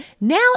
now